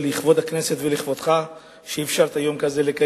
שזה לכבוד הכנסת ולכבודך שאפשרת לקיים יום כזה.